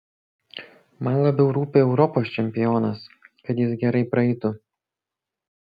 man labiau rūpi europos čempionas kad jis gerai praeitų